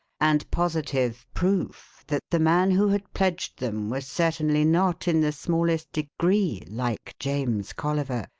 and positive proof that the man who had pledged them was certainly not in the smallest degree like james colliver,